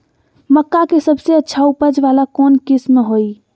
मक्का के सबसे अच्छा उपज वाला कौन किस्म होई?